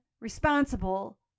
responsible